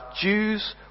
jews